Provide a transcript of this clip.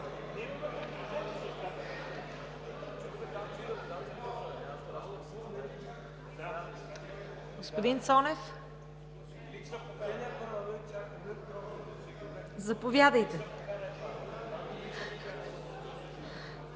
Господин Стойнев, заповядайте